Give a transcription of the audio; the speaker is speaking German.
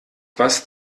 was